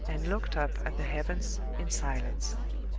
and looked up at the heavens in silence.